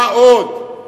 מה עוד?